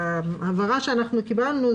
ההבהרה שאנחנו קיבלנו,